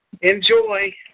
Enjoy